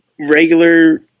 regular